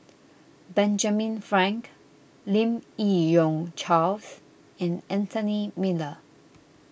Benjamin Frank Lim Yi Yong Charles and Anthony Miller